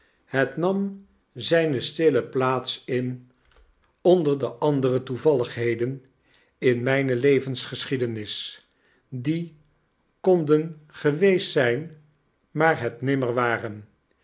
nam zyne stille plaats in onder de een huis te huur andere toevalligheden in mijne levensgeschiedenis die konden geweest zijn maar het nimmer waren